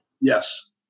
Yes